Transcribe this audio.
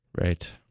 Right